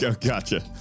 Gotcha